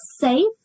safe